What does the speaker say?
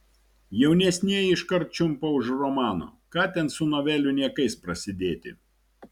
jaunesnieji iškart čiumpa už romano ką ten su novelių niekais prasidėti